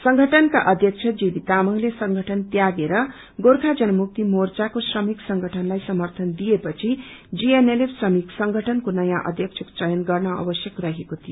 संगठनका अध्यक्ष जेबी तामंगले संगठन त्यागेर गोचर्खा जनमुक्ति मोर्चाको श्रमिक संगठनलाई समर्थन दिए पछि जीएनएलएफ श्रमिक संगठनको नयाँ अध्यक्षको चयन गर्न आवश्यक रहेको थियो